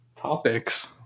topics